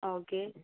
okay